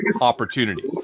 opportunity